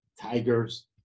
Tigers